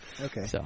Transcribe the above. Okay